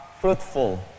fruitful